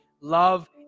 love